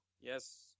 Yes